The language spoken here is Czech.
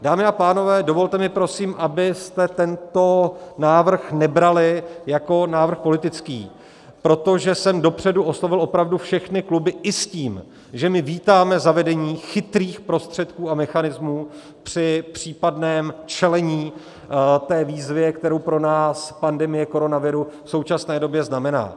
Dámy a pánové, dovolte mi prosím, abyste tento návrh nebrali jako návrh politický, protože jsem dopředu oslovil opravdu všechny kluby i s tím, že my vítáme zavedení chytrých prostředků a mechanismů při případném čelení té výzvě, kterou pro nás pandemie koronaviru v současné době znamená.